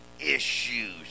issues